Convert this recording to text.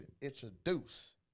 introduce